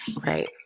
Right